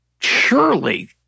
surely